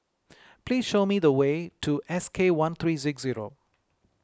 please show me the way to S K one three zero